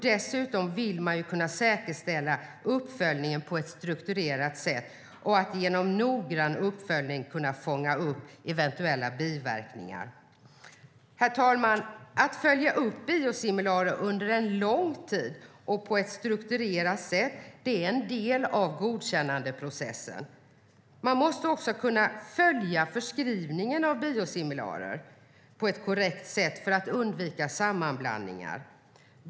Dessutom vill man säkerställa uppföljningen på ett strukturerat sätt och genom noggrann uppföljning kunna fånga upp eventuella biverkningar. Herr talman! Att följa upp biosimilarer under en lång tid och på ett strukturerat sätt är en del av godkännandeprocessen. Man måste också kunna följa förskrivningen av biosimilarer på ett korrekt sätt för att undvika sammanblandningar.